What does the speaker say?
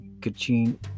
Kachin